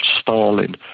Stalin